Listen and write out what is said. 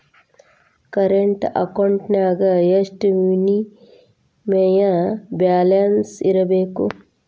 Current ಅಕೌಂಟೆಂನ್ಯಾಗ ಎಷ್ಟ minimum balance ಇರ್ಬೇಕು?